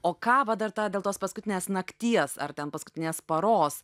o ką va dar tą dėl tos paskutinės nakties ar ten paskutinės paros